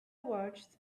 watched